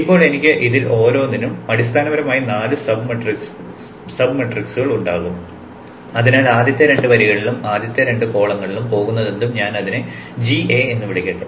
ഇപ്പോൾ എനിക്ക് ഇതിൽ ഓരോന്നിലും അടിസ്ഥാനപരമായി നാല് സബ് മെട്രിക്സുകൾ ഉണ്ടാകും അതിനാൽ ആദ്യത്തെ രണ്ട് വരികളിലും ആദ്യത്തെ രണ്ട് കോളങ്ങളിലും പോകുന്നതെന്തും ഞാൻ ഇതിനെ gA എന്ന് വിളിക്കട്ടെ